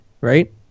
right